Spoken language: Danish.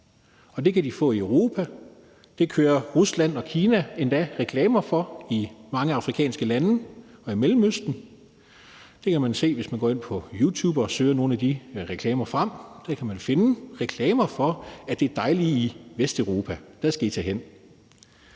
og det kan de få i Europa. Det kører Rusland og Kina endda reklamer for i mange afrikanske lande og i Mellemøsten. Det kan man se, hvis man går ind på YouTube og søger nogle af de reklamer frem; der kan man finde reklamer for, at der er det dejlige Vesteuropa, og at dér skal man